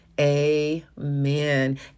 Amen